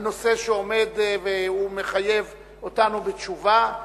על נושא שעומד והוא מחייב אותנו בתשובה,